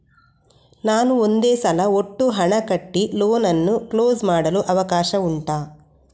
ನಾನು ಒಂದೇ ಸಲ ಒಟ್ಟು ಹಣ ಕಟ್ಟಿ ಲೋನ್ ಅನ್ನು ಕ್ಲೋಸ್ ಮಾಡಲು ಅವಕಾಶ ಉಂಟಾ